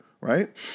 right